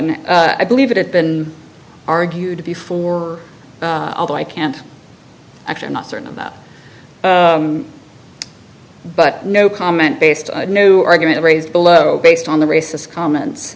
motion i believe it had been argued before although i can't actually i'm not certain about but no comment based no argument raised below based on the racist comments